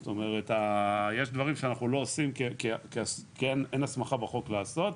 זאת אומרת יש דברים שאנחנו לא עושים כי אין הסמכה בחוק לעשות,